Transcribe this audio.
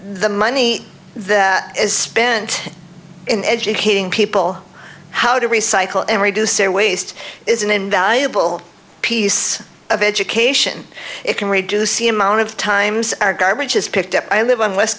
the money is spent in educating people how to recycle and reduce their waste is an invaluable piece of education it can reduce the amount of times our garbage is picked up i live in west